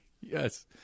Yes